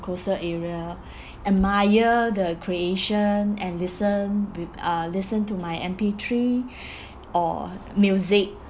coastal area admire the creation and listen with uh listen to my M_P_three or music